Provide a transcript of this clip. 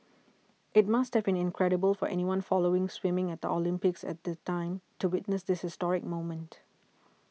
it must have been incredible for anyone following swimming at the Olympics at the time to witness this historic moment